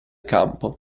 campo